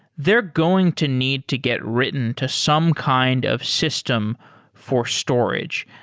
they're going to need to get written to some kind of system for storage.